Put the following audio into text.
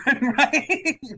Right